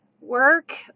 Work